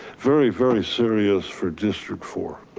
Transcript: very, very serious for district four.